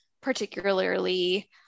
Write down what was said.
particularly